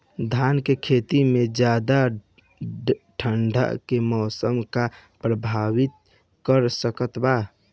धान के खेती में ज्यादा ठंडा के मौसम का प्रभावित कर सकता बा?